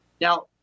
Now